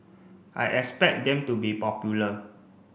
I expect them to be popular